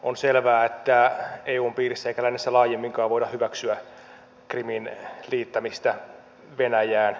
on selvää että eun piirissä eikä lännessä laajemminkaan voida hyväksyä krimin liittämistä venäjään